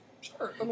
Sure